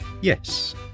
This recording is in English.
Yes